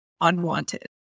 unwanted